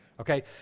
Okay